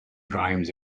rhymes